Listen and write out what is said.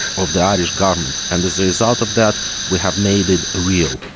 of the irish government, and as a result of that we have made it real.